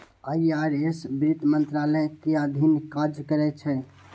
IRS वित्त मंत्रालय के अधीन काज करै छै